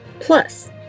Plus